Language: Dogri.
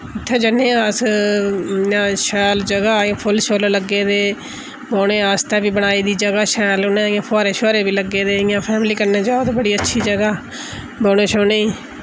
उत्थै जन्ने अस इ'यां शैल जगह् ऐ फुल्ल शुल्ल लग्गे दे बौह्ने आस्तै बी बनाई दी जगह् शैल उ'नें इ'यां फोहारे शोहारे बी लग्गे दे इ'यां फैमिली कन्नै जाओ ते बड़ी अच्छी जगह् बौह्ने शौह्ने ई